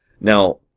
Now